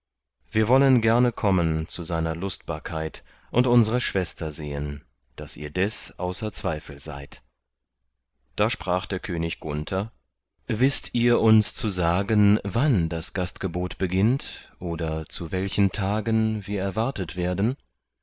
wir wollen gerne kommen zu seiner lustbarkeit und unsre schwester sehen daß ihr des außer zweifel seid da sprach der könig gunther wißt ihr uns zu sagen wann das gastgebot beginnt oder zu welchen tagen wir erwartet werden